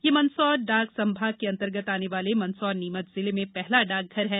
यह मंदसौर डाक संभाग के अंतर्गत आने वाले मंदसौर नीमच जिले में पहला डाकघर है